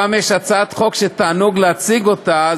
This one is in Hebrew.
פעם יש הצעת חוק שתענוג להציג אותה,